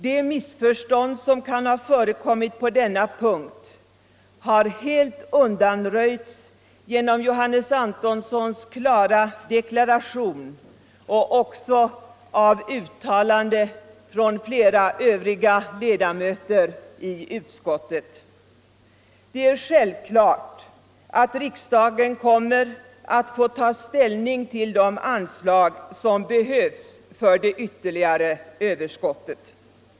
De missförstånd som kan ha förekommit på denna punkt har helt undanröjts genom herr Antonssons klara deklaration och även genom uttalanden från flera andra ledamöter av utrikesutskottet. Det är självklart att riksdagen kommer att få ta ställning till de anslag som behövs för de ytterligare överskotten.